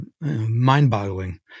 mind-boggling